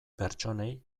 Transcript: pertsonei